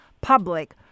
public